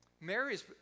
Mary's